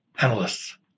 Analysts